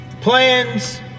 Plans